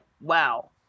wow